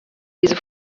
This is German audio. diese